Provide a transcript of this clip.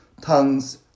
tongues